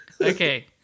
Okay